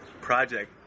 project